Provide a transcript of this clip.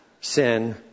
sin